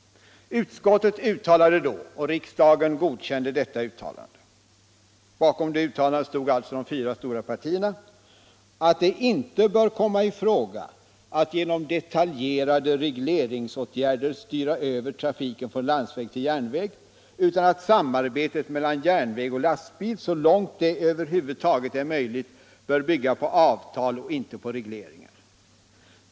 Utskottet uttalade då, och riksdagen godkände det uttalandet — bakom detta stod alltså de fyra stora partierna — att det inte bör komma i fråga att genom detaljerade regleringsbestämmelser styra över trafiken från landsväg till järnväg utan att samarbetet mellan järnväg och lastbil så långt det över huvud taget är möjligt bör bygga på avtal och inte på regleringar.